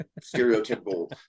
stereotypical